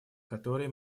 которые